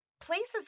places